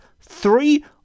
three